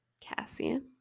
cassian